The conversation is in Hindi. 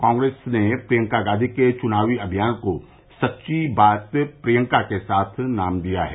कांग्रेस ने प्रियंका गांधी के चुनावी अभियान को सच्ची बात प्रियंका के साथ नाम दिया है